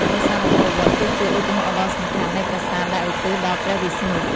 ប្រាសាទអង្គរវត្ត គឺជាឧទាហរណ៍ដ៏សំខាន់នៃប្រាសាទដែលឧទ្ទិសដល់ព្រះវិស្ណុ។